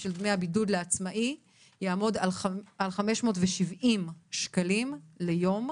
של דמי הבידוד לעצמאי יעמוד על 570 שקלים ליום,